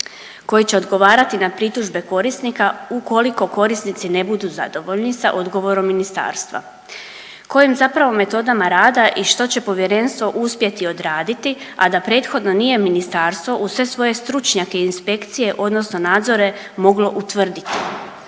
koje će odgovarati na pritužbe korisnika ukoliko korisnici ne budu zadovoljni sa odgovorom ministarstva. Kojim zapravo metodama rada i što će povjerenstvo uspjeti odraditi, a da prethodno nije ministarstvo uz sve svoje stručnjake i inspekcije odnosno nadzore moglo utvrditi.